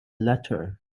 letter